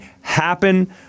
happen